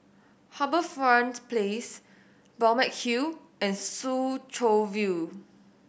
HarbourFront Place Balmeg Hill and Soo Chow View